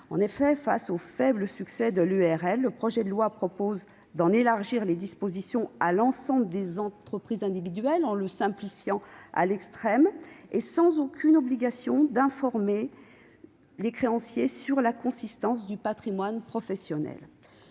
individuels. Face au faible succès du régime de l'EIRL, le projet de loi tend à en élargir les dispositions à l'ensemble des entreprises individuelles en le simplifiant à l'extrême, et ce sans aucune obligation d'informer les créanciers quant à la consistance du patrimoine professionnel.